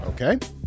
Okay